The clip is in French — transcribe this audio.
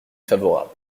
favorable